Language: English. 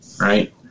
right